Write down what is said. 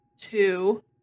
two